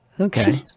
Okay